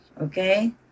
okay